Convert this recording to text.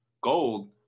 gold